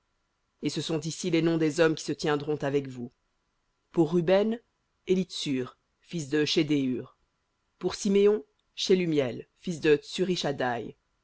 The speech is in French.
et ce sont ici les noms des hommes qui se tiendront avec vous pour ruben élitsur fils de shedéur pour siméon shelumiel fils de tsurishaddaï